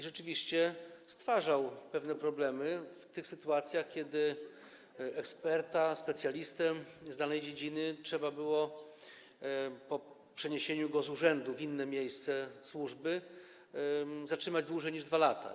Rzeczywiście stwarzał on pewne problemy w tych sytuacjach, kiedy eksperta, specjalistę z danej dziedziny trzeba było po przeniesieniu z urzędu w inne miejsce pełnienia służby zatrzymać dłużej niż 2 lata.